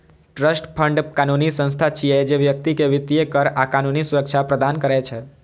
trust fund कानूनी संस्था छियै, जे व्यक्ति कें वित्तीय, कर आ कानूनी सुरक्षा प्रदान करै छै